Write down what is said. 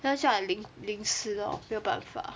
要像淋淋湿 lor 没有办法